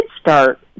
start